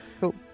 Cool